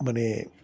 মানে